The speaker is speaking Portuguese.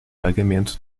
pagamento